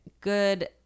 good